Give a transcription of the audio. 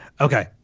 Okay